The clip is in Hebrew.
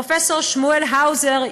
פרופ' שמואל האוזר,